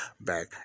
back